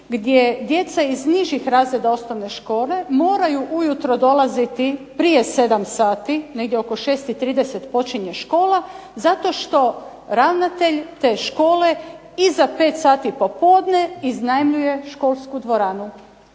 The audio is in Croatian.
gdje djeca iz nižih razreda osnovne škole moraju ujutro dolaziti prije 7 sati negdje oko 6,30 počinje škola zato što ravnatelj te škole iza 17 sati iznajmljuje školsku dvoranu,